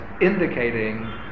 indicating